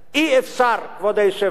אי-אפשר, כבוד היושב-ראש,